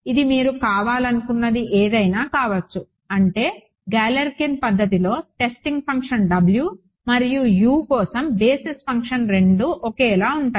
ఇది మీరు కావాలనుకున్నది ఏదైనా కావచ్చు అంటే గాలేర్కిన్ పద్దతిలో టెస్టింగ్ ఫంక్షన్ W మరియు U కోసం బేసిస్ ఫంక్షన్ రెండు ఒకటే